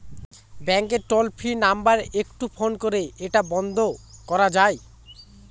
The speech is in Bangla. ব্যাংকের টোল ফ্রি নাম্বার একটু ফোন করে এটা বন্ধ করা যায়?